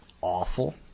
awful